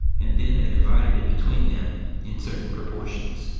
and then they divided it between them in certain proportions.